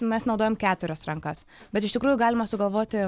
mes naudojam keturias rankas bet iš tikrųjų galima sugalvoti